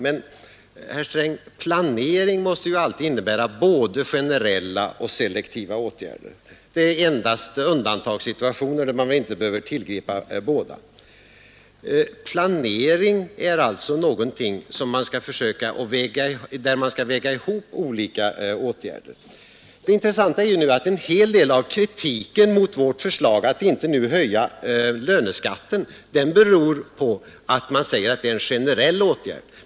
Men planering måste ju alltid innebära att man vidtar både generella och selektiva åtgärder; det är endast i undantagssituationer som man inte behöver tillgripa båda slagen. Vid planering skall man alltså väga ihop olika åtgärder. Det intressanta är nu att en hel del av kritiken mot vårt förslag att inte höja löneskatten riktar in sig på att det är en generell åtgärd.